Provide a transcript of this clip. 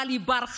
אבל היא ברחה.